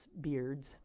beards